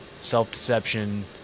self-deception